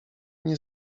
nie